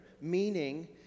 meaning